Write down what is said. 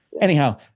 Anyhow